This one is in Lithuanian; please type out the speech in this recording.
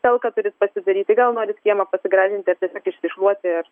talka turit pasidaryti gal norit kiemą pasigražinti ar tiesiog išsišluoti ar